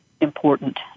important